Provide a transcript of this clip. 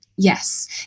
Yes